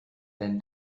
then